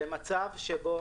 במצב שבו